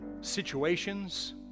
situations